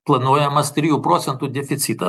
planuojamas trijų procentų deficitą